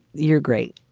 you're great.